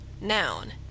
noun